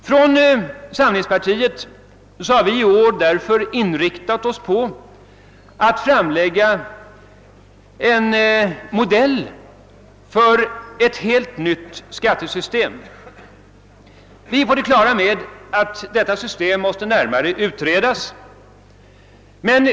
Från moderata samlingspartiet har vi därför i år inriktat oss på att framlägga en modell för ett helt nytt skattesystem. Vi är på det klara med att detta system närmare måste utredas.